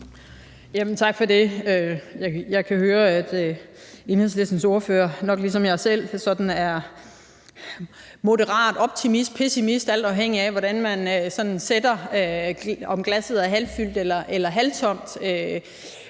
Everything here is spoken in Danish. Tak for det. Jeg kan høre, at Enhedslistens ordfører nok ligesom mig selv sådan er moderat optimist eller pessimist, alt afhængigt af hvordan man sådan ser det, altså om glasset er halvfyldt eller halvtomt,